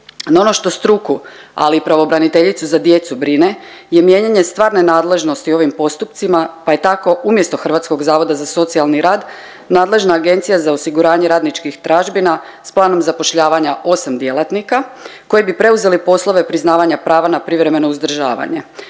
ono što struku ali i Pravobraniteljicu za djecu brine, je mijenjanje stvarne nadležnosti u ovim postupcima pa je tako umjesto Hrvatskog zavoda za socijalni rad nadležna Agencija za osiguranje radničkih tražbina s planom zapošljavanja 8 djelatnika koji bi preuzeli poslove priznavanja prava na privremeno uzdržavanje.